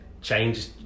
Change